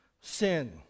sin